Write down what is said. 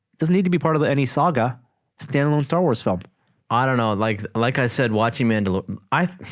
doesn't need to be part of that any saga standalone star wars film i don't know like like i said watching mandolin i